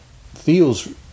feels